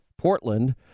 Portland